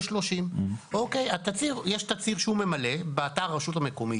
היינו 30%. יש תצהיר שהוא ממלא באתר הרשות המקומית